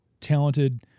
talented